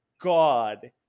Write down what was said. God